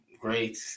Great